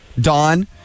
Dawn